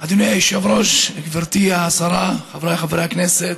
היושב-ראש, גברתי השרה, חבריי חברי הכנסת,